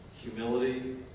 Humility